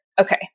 Okay